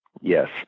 Yes